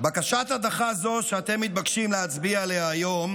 בקשת הדחה זו שאתם מתבקשים להצביע עליה היום,